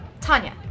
Tanya